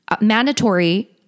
mandatory